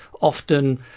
often